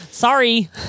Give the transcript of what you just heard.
Sorry